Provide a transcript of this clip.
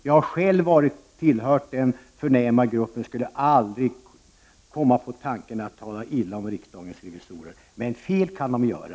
Jag har själv tillhört den förnäma gruppen, och jag skulle aldrig komma på tanken att tala illa om riksdagens revisorer. Men fel kan de göra.